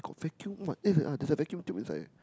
oh vacuum what eh there's a vacuum tube inside leh